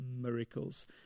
miracles